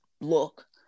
look